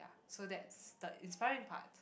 so that's the inspiring part